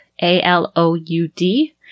A-L-O-U-D